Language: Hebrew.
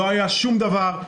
לא היה שום דבר,